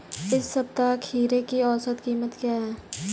इस सप्ताह खीरे की औसत कीमत क्या है?